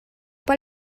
pas